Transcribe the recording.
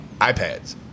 iPads